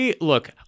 Look